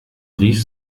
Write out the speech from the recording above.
rief